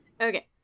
Okay